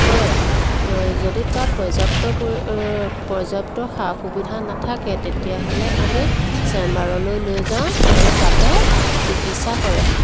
কৰে যদি তাত পৰ্যাপ্ত পৰ্যাপ্ত সা সুবিধা নাথাকে তেতিয়াহ'লে আমি চেম্বাৰলৈ লৈ যাওঁ আৰু তাতে চিকিৎসা কৰে